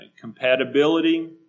Compatibility